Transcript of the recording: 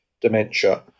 dementia